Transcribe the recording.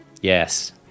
Yes